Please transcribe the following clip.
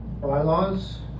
bylaws